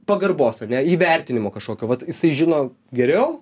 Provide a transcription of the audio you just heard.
pagarbos ane įvertinimo kašokio vat jisai žino geriau